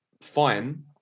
fine